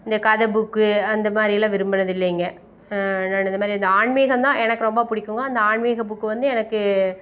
இந்த கதை புக்கு அந்தமாதிரியெல்லாம் விரும்பினதில்லைங்க நான் இந்தமாதிரி இந்த ஆன்மீகம்தான் எனக்கு ரொம்ப பிடிக்குங்க அந்த ஆன்மீக புக்கு வந்து எனக்கு